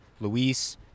Luis